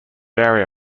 area